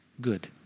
good